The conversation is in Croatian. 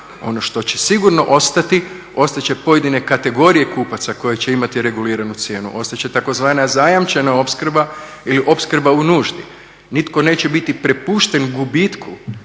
Ono što će sigurno ostati, ostati će pojedine kategorije kupaca koje će imati reguliranu cijenu. Ostati će tzv. zajamčena opskrba ili opskrba u nuždi, nitko neće biti prepušten gubitku